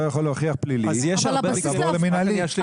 יכול להוכיח פלילי אז תעבור למינהלי.